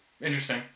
Interesting